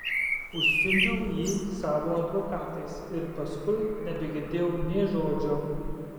užsiundžiau jį savo advokatais ir paskui nebegirdėjau nė žodžio